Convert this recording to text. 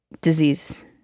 disease